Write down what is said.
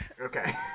Okay